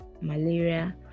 malaria